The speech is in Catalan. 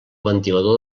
ventilador